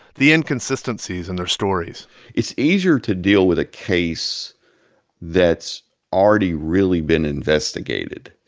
the inconsistencies in their stories it's easier to deal with a case that's already really been investigated.